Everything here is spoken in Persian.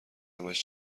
همش